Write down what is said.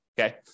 Okay